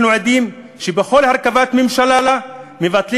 אנחנו עדים לכך שבכל הרכבת ממשלה מבטלים